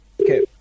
Okay